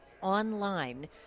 online